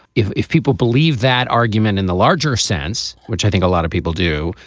if if people believe that argument in the larger sense, which i think a lot of people do,